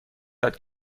یاد